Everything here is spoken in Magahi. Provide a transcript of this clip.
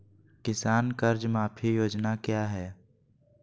किसान कर्ज माफी योजना क्या है?